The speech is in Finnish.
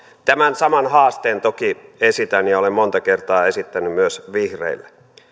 tämän saman haasteen toki esitän ja olen monta kertaa esittänyt myös vihreille